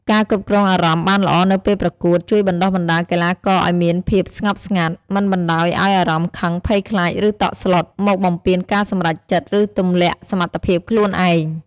ការគ្រប់គ្រងអារម្មណ៍បានល្អនៅពេលប្រកួត ជួយបណ្ដុះបណ្ដាលកីឡាករឲ្យមានភាពស្ងប់ស្ងាត់ មិនបណ្តោយឲ្យអារម្មណ៍ខឹង ភ័យខ្លាច ឬតក់ស្លុត មកបំពានការសម្រេចចិត្ត ឬទម្លាក់សមត្ថភាពខ្លួនឯង។